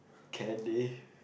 candy